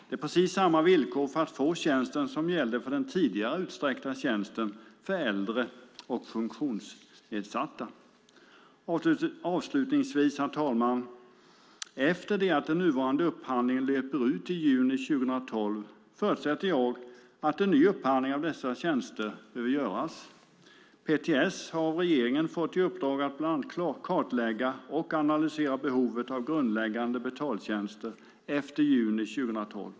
Det är precis samma villkor för att få tjänsten som gällde för den tidigare utsträckta tjänsten för äldre och funktionsnedsatta. Herr talman! Efter det att den nuvarande upphandlingen löper ut i juni 2012 förutsätter jag att en ny upphandling av dessa tjänster behöver göras. PTS har av regeringen fått i uppdrag att bland annat kartlägga och analysera behovet av grundläggande betaltjänster efter juni 2012.